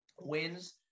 wins